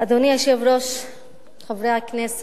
היו"ר ראובן